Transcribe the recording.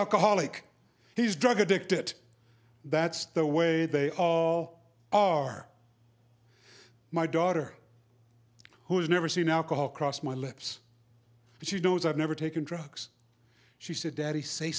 alcoholic he's drug addict it that's the way they all are my daughter who's never seen alcohol crossed my lips she knows i've never taken drugs she said daddy say